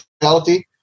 reality